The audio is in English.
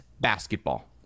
basketball